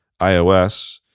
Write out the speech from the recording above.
iOS